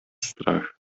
strach